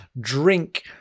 drink